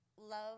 love